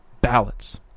ballots